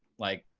like,